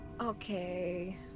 Okay